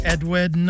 Edward